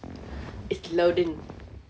is loading